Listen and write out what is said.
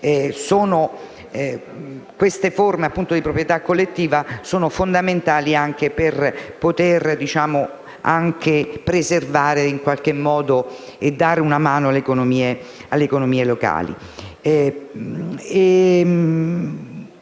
queste forme di proprietà collettiva sono fondamentali anche per potere preservare e dare una mano alle economie locali.